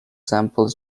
samples